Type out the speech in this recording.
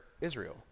Israel